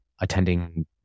attending